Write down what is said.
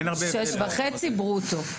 6,500 שקל ברוטו.